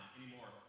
anymore